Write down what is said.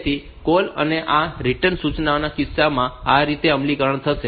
તેથી કૉલ અને આ રીટર્ન સૂચનાના કિસ્સામાં આ રીતે અમલીકરણ થશે